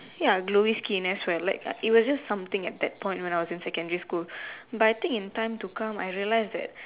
ya glowy skin as well like it were just something at that point when I was in secondary school but I think in time to come I realized that